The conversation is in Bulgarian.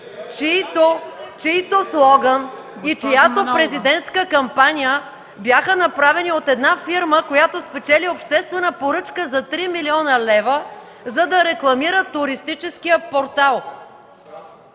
чийто слоган и чиято президентска кампания бяха направени от една фирма, която спечели обществена поръчка за 3 млн. лв., за да рекламира туристическия портал.